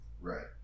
Right